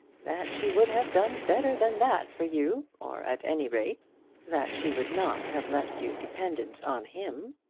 that she would have done better than that for you, or at any rate that she would not have left you dependent on him.